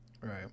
Right